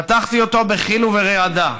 פתחתי אותו בחיל ורעדה.